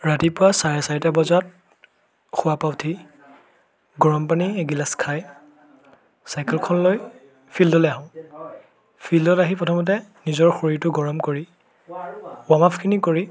ৰাতিপুৱা চাৰে চাৰিটা বজাত শুৱাৰ পৰা উঠি গৰম পানী এগিলাচ খাই চাইকেলখন লৈ ফিল্ডলৈ আহোঁ ফিল্ডত আহি প্ৰথমতে নিজৰ শৰীৰটো গৰম কৰি ৱাৰ্ম আপখিনি কৰি